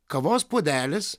kavos puodelis